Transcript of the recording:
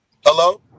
hello